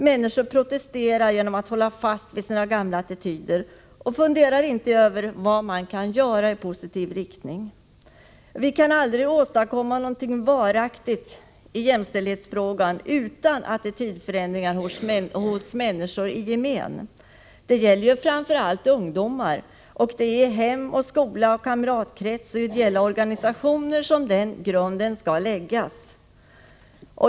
Människor protesterar genom att hålla fast vid Måndagen den sina gamla attityder och funderar inte över vad man kan göra i positiv 17. december 1984 riktning. Vi kan aldrig åstadkomma någonting varaktigt i jämställdhetsfrågan utan :.:: Jämställdhetsattitydförändringar hos människor i gemen. Det gäller framför allt ungdo mar. Det är i hem, skola, kamratkrets och ideella organisationer som grunden skall läggas.